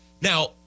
Now